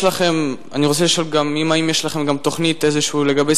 אני רוצה לשאול גם האם יש לכם תוכנית כלשהי לגבי